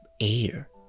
air